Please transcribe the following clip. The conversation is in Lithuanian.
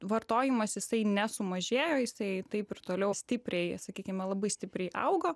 vartojimas jisai nesumažėjo jisai taip ir toliau stiprėja sakykime labai stipriai augo